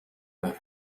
daher